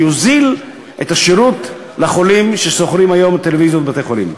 זה יוזיל את השירות לחולים ששוכרים היום טלוויזיות בבתי-חולים.